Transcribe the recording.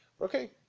Okay